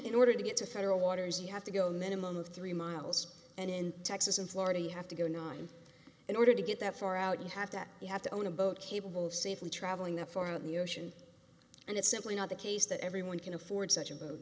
in order to get to federal waters you have to go a minimum of three miles and in texas and florida you have to go nine in order to get that far out you have to you have to own a boat capable of safely traveling that far out in the ocean and it's simply not the case that everyone can afford such a